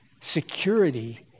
Security